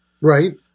Right